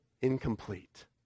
incomplete